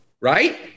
Right